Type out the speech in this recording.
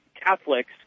Catholics